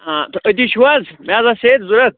اۭں تہٕ أتی چھُو حظ مےٚ حظ آسہٕ سیرِ ضوٚرَتھ